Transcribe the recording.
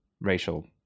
racial